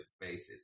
basis